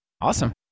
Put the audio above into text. awesome